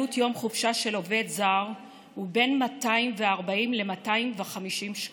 עלות יום חופשה של עובד זר היא בין 240 ל-250 שקלים.